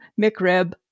McRib